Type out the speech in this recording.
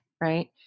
right